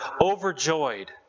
overjoyed